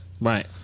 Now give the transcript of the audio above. Right